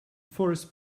forest